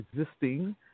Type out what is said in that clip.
existing